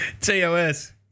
TOS